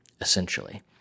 essentially